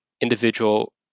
individual